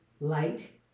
light